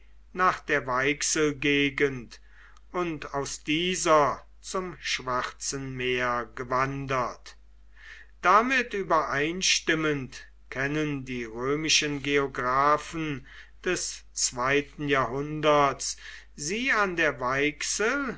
nach der weichselgegend und aus dieser zum schwarzen meer gewandert damit übereinstimmend kennen die römischen geographen des zweiten jahrhunderts sie an der